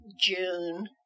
June